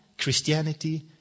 Christianity